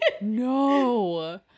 no